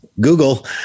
Google